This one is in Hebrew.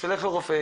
תלך לרופא,